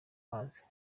mazi